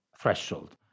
threshold